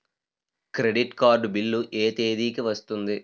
Credit card bill ఎ తేదీ కి వస్తుంది?